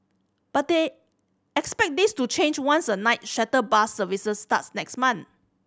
but they expect this to change once a night shuttle bus service starts next month